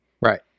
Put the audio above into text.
Right